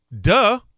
Duh